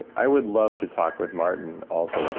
i would love to talk with martin also,